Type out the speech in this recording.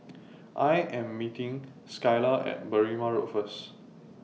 I Am meeting Skylar At Berrima Road First